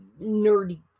nerdy